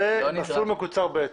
זה מסלול מקוצר ב'.